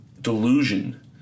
delusion